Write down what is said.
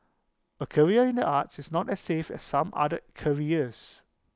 A career in the arts is not as safe as some other careers